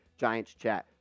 GIANTSCHAT